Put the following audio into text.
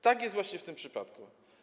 Tak jest właśnie w tym przypadku.